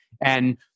And-